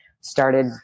started